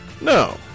No